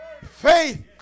Faith